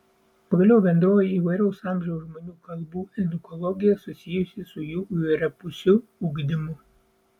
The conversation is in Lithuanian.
pagaliau bendroji įvairaus amžiaus žmonių kalbų edukologija susijusi su jų įvairiapusiu ugdymu